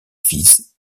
fils